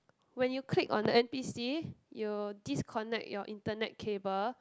when you click on the N_P_C you disconnect your internet cable